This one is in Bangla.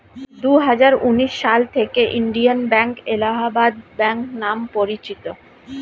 দুহাজার উনিশ সাল থেকে ইন্ডিয়ান ব্যাঙ্ক এলাহাবাদ ব্যাঙ্ক নাম পরিচিত